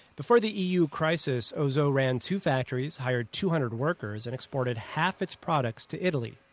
before the eu crisis, ozou ran two factories, hired two hundred workers, and exported half its products to italy.